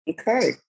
Okay